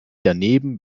daneben